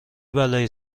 بلایی